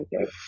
okay